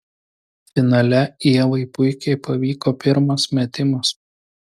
finale ievai puikiai pavyko pirmas metimas